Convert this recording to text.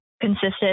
consisted